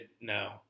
no